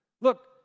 look